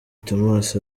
thomas